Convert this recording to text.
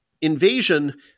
Invasion